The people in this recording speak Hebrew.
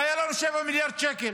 היה לנו 7 מיליארד שקל